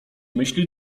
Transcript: myśli